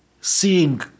seeing